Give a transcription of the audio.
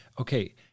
Okay